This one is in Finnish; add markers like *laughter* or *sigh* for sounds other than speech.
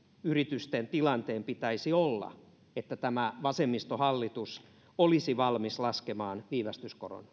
yritysten tilanteen pitäisi olla että tämä vasemmistohallitus olisi valmis laskemaan viivästyskoron *unintelligible*